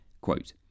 Quote